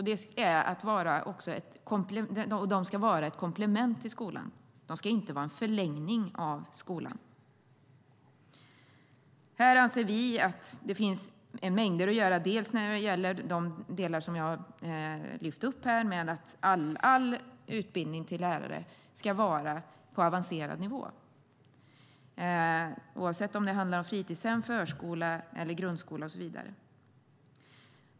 De ska vara ett komplement till skolan, inte en förlängning av den. Här anser vi att det finns mängder att göra. Jag har redan lyft upp några saker. All utbildning till lärare ska vara på avancerad nivå, oavsett om det handlar om fritidshem, förskola eller grundskola.